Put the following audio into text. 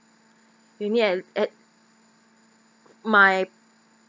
maybe at at my